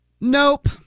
nope